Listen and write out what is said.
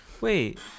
Wait